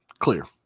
Clear